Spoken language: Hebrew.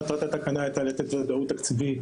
מטרת התקנה הייתה לתת ודאות תקציבית